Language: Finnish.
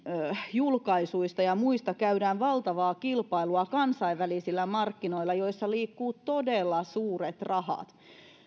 julkaisuista ja muista käydään valtavaa kilpailua kansainvälisillä markkinoilla joilla liikkuu todella suuret rahat